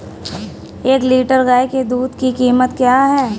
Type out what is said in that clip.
एक लीटर गाय के दूध की कीमत क्या है?